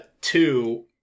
Two